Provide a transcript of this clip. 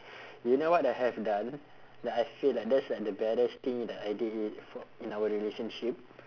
do you know what I have done that I feel like that's like the baddest thing that I did it for in our relationship